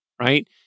right